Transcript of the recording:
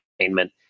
entertainment